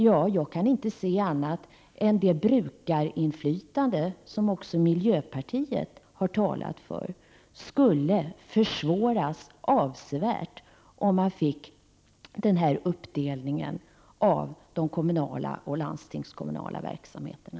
Ja, jag kan inte se annat än att det brukarinflytande som också miljöpartiet har talat för skulle försvåras avsevärt om man fick denna uppdelning av de kommunala och landstingskommunala verksamheterna.